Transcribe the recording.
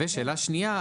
שאלה שנייה,